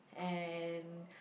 and